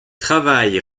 travaille